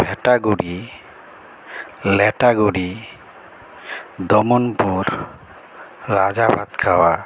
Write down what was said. Bhetaguri Lataguri Damanpur Rajabhatkhawa